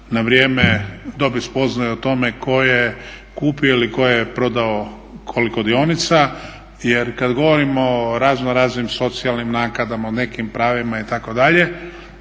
na vrijeme dobije spoznaju o tome tko je kupio ili tko je prodao koliko dionica? Jer kad govorimo o raznoraznim socijalnim naknadama, o nekim pravima itd.